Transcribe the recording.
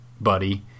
buddy